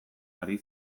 ari